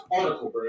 article